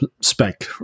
spec